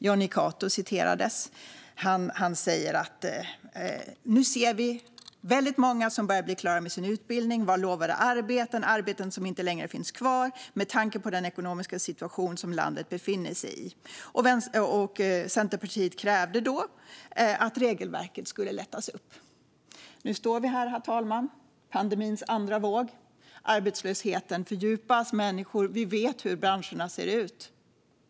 Jonny Cato citerades: "Nu ser vi väldigt många som börjar bli klara med sin utbildning, var lovade arbeten, arbeten som inte längre finns kvar, med tanke på den ekonomiska situation som landet befinner sig i." Centerpartiet krävde att regelverket skulle lättas upp. Nu står vi här, herr talman, i pandemins andra våg. Arbetslösheten fördjupas. Vi vet hur branscherna ser ut.